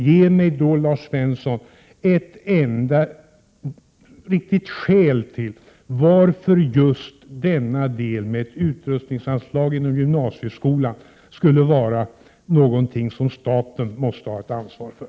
| Ge mig då, Lars Svensson, ett enda riktigt skäl till att just denna del med utrustningsanslag inom gymnasieskolan skall vara någonting som staten måste ha ett ansvar för.